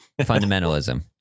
fundamentalism